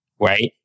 right